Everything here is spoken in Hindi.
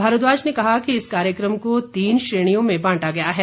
भारद्वाज ने कहा कि इस कार्यक्रम को तीन श्रेणियों में बांटा गया है